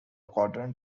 quadrant